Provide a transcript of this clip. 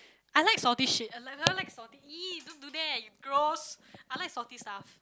I like salty shit I like never like salty !ee! don't do that you gross I like salty stuff